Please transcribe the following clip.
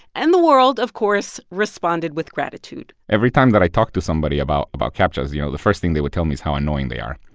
and the world, of course, responded with gratitude every time that i talked to somebody about about captchas, you know, the first thing they would tell me is how annoying they are.